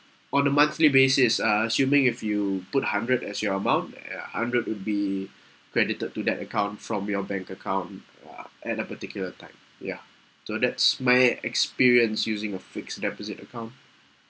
on a monthly basis uh assuming if you put a hundred as you amount uh ya hundred would be credited to the account from your bank account uh at a particular time ya so that's my ah experience using a fixed deposit account